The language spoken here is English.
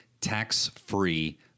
tax-free